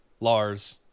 Lars